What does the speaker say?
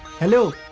hello?